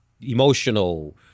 emotional